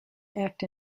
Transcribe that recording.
act